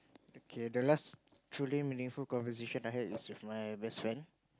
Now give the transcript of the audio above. okay the last truly meaningful conversation I had is with my best friend